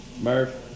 Murph